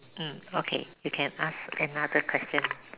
mm okay you can ask another question